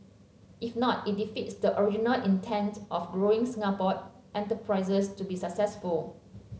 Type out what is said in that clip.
if not it defeats the original intent of growing Singapore enterprises to be successful